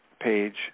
page